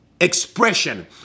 expression